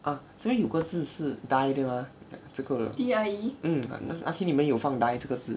ah 这边有个字是 die 对吗这个 mm 那天你们有放 die 这个字